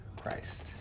Christ